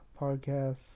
podcasts